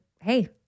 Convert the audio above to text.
Hey